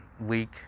week